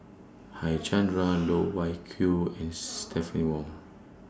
Harichandra Loh Wai Kiew and Stephanie Wong